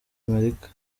amerika